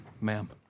ma'am